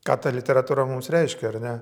ką ta literatūra mums reiškia ar ne